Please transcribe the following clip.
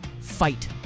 fight